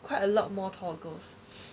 quite a lot more tall girls